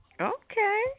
Okay